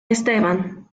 esteban